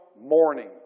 morning